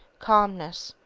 calmness,